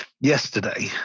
yesterday